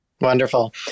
Wonderful